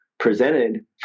presented